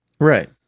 Right